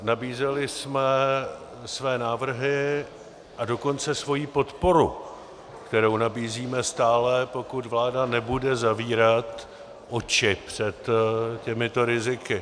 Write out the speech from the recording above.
Nabízeli jsme své návrhy, a dokonce svoji podporu, kterou nabízíme stále, pokud vláda nebude zavírat oči před těmito riziky.